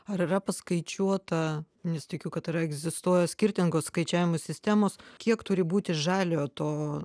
ar yra paskaičiuota nes tikiu kad yra egzistuoja skirtingos skaičiavimo sistemos kiek turi būti žaliojo to